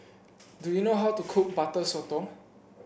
do you know how to cook Butter Sotong